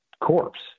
corpse